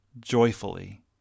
joyfully